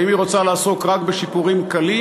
האם היא רוצה לעסוק רק בשיפורים קלים,